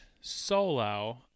solo